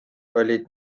olid